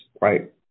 right